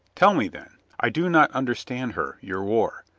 tell me, then. i do not understand her, your war.